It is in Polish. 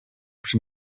przy